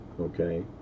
okay